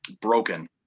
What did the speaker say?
Broken